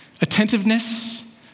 attentiveness